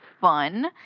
fun